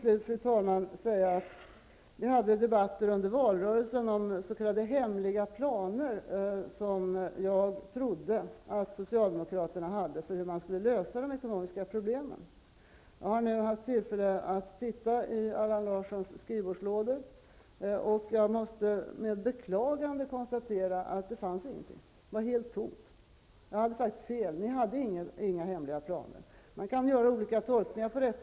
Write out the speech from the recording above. Får jag till slut säga att vi under valrörelsen hade debatter om s.k. hemliga planer, som jag trodde att socialdemokraterna hade för hur man skulle lösa de ekonomiska problemen. Jag har nu haft tillfälle att titta i Allan Larssons skrivbordslådor. Jag måste med beklagande konstatera att det inte fanns någonting. Det var helt tomt. Jag hade faktiskt fel, ni hade inga hemliga planer. Man kan göra olika tolkningar av detta.